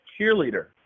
cheerleader